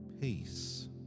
peace